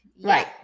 Right